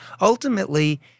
ultimately